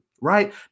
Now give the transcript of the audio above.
right